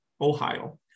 Ohio